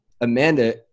amanda